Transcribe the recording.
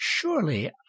Surely